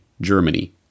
Germany